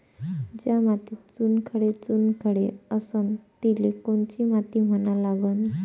ज्या मातीत चुनखडे चुनखडे असन तिले कोनची माती म्हना लागन?